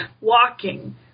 walking